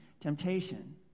temptation